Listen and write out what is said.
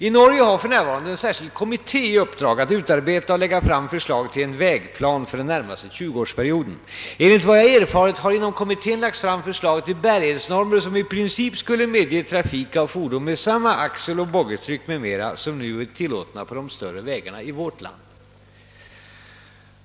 I Norge har för närvarande en särskild kommitté i uppdrag att utarbeta och lägga fram förslag till en vägplan för den närmaste 20-årsperioden. Enligt vad jag erfarit har inom kommittén lagts fram förslag till bärighetsnormer som i princip skulle medge trafik av fordon med samma axeloch boggitryck m. m,. som nu är tillåtna på de större vägarna i vårt land.